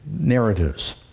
narratives